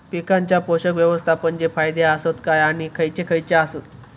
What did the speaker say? पीकांच्या पोषक व्यवस्थापन चे फायदे आसत काय आणि खैयचे खैयचे आसत?